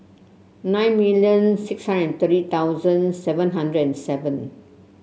nine million six hundred and thirty thousand seven hundred and seven